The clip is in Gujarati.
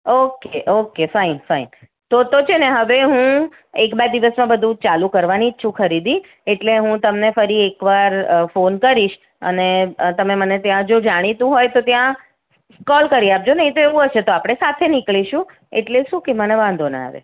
ઓકે ઓકે ફાઇન ફાઇન તો તો છે ને હવે હું એક બે દિવસમાં બધું ચાલુ કરવાની છું ખરીદી એટલે હું તમને ફરી એકવાર ફોન કરીશ અને તમે મને ત્યાં જો જાણીતું હોય તો ત્યાં કોલ કરી આપજો નહીં તો એવું હશે તો આપણે સાથે નિકળીશું એટલે શું કે મને વાંધો ના આવે